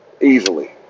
easily